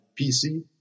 PC